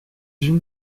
unes